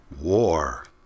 war